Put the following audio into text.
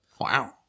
wow